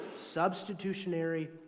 Substitutionary